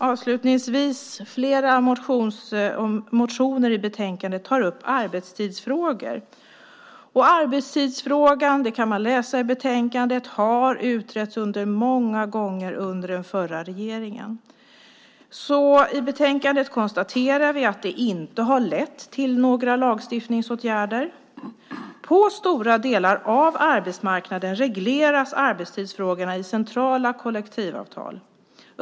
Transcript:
Avslutningsvis tar flera motioner i betänkandet upp arbetstidsfrågor. Arbetstidsfrågan har - det kan man läsa i betänkandet - utretts många gånger under den förra regeringen. I betänkandet konstaterar vi att det inte har lett till några lagstiftningsåtgärder. På stora delar av arbetsmarknaden regleras arbetstidsfrågorna i centrala kollektivavtal.